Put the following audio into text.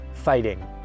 fighting